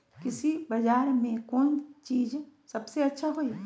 कृषि बजार में कौन चीज सबसे अच्छा होई?